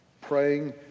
praying